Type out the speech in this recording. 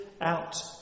out